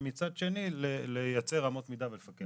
ומצד שני, לייצר אמות מידה ולפקח.